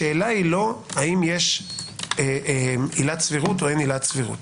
השאלה היא לא אם יש עילת סבירות או אין עילת סבירות.